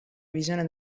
visione